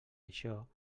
això